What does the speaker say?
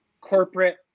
corporate